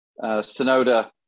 Sonoda